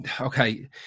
okay